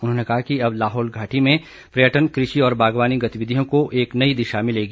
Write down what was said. उन्होंने कहा कि अब लाहौल घाटी में पर्यटन कृषि और बागवानी गतिविधियों को एक नई दिशा मिलेगी